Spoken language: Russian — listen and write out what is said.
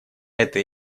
этой